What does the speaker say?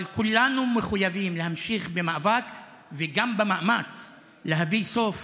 אבל כולנו מחויבים להמשיך במאבק וגם במאמץ להביא סוף